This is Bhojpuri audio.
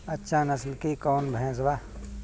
अच्छा नस्ल के कौन भैंस बा?